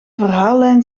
verhaallijn